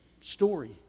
story